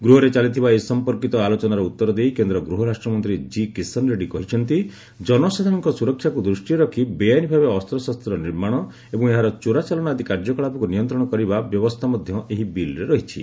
ଗୃହରେ ଚାଲିଥିବା ଏ ସଂପର୍କିତ ଆଲୋଚନାର ଉତ୍ତର ଦେଇ କେନ୍ଦ୍ର ଗୃହରାଷ୍ଟ୍ରମନ୍ତ୍ରୀ ଜିକିଷନ ରେଡ୍ରୀ କହିଛନ୍ତି କନସାଧାରଣଙ୍କ ସୁରକ୍ଷାକୁ ଦୃଷ୍ଟିରେ ରଖି ବେଆଇନଭାବେ ଅସ୍ତଶସ୍ତ ନିର୍ମାଣ ଏବଂ ଏହାର ଚୋରାଚାଲାଣ ଆଦି କାର୍ଯ୍ୟକଳାପକ୍ ନିୟନ୍ତ୍ରଣ କରିବା ବ୍ୟବସ୍ଥା ମଧ୍ୟ ଏହି ବିଲ୍ରେ ରହିଛି